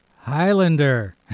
Highlander